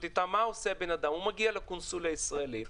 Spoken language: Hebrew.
לכאן האדם מגיע לקונסוליה הישראלית.